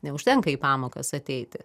neužtenka į pamokas ateiti